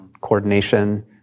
Coordination